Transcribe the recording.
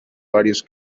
varios